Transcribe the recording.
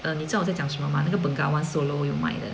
err 你知道我在讲什么吗那个 Bengawan Solo 有卖的